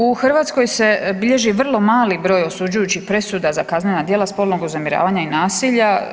U Hrvatskoj se bilježi vrlo mali broj osuđujućih presuda za kaznena djela spolnog uznemiravanja i nasilja.